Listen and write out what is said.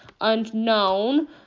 unknown